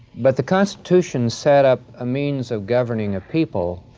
but the constitution set up a means of governing a people